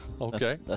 Okay